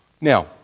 Now